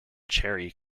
cherry